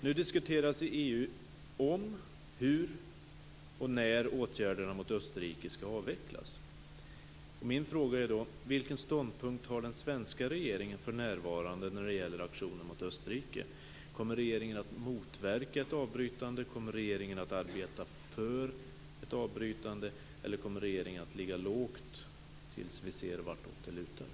Nu diskuteras i EU om, hur och när åtgärderna mot Österrike ska avvecklas. Min fråga är då: Vilken ståndpunkt har den svenska regeringen för närvarande när det gäller aktionen mot Österrike? Kommer regeringen att motverka ett avbrytande? Kommer regeringen att arbeta för ett avbrytande? Eller kommer regeringen att ligga lågt tills vi ser varåt det lutar?